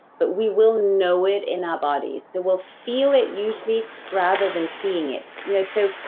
but we will know it in our body so, we'll feel it usually rather than seeing it. you know so,